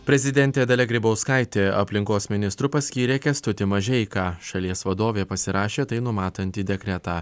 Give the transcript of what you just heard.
prezidentė dalia grybauskaitė aplinkos ministru paskyrė kęstutį mažeiką šalies vadovė pasirašė tai numatantį dekretą